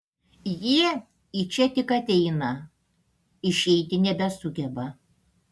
jie į čia tik ateina išeiti nebesugeba